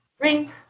Ring